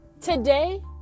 today